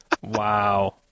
wow